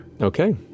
Okay